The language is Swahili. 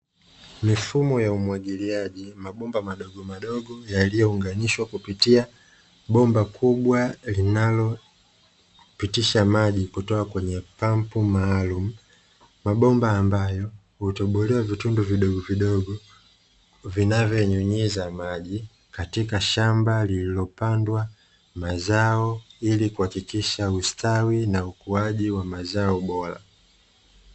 Mifumo ya umwagiliaji mabomba madogomadogo yaliyounganishwa kupitia bomba kubwa linalopitisha maji kutoka kwenye pampu maaalumu. Mabomba ambayo hutobolewa vitundu vidogovidogo vinavyonyunyiza maji katika shamba lililopandwa mazao ili kuhakikisha ustawi na ukuaji wa mazao bora.